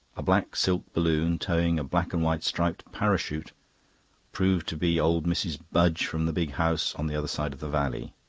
a black silk balloon towing a black-and-white striped parachute proved to be old mrs. budge from the big house on the other side of the valley.